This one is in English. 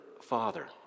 father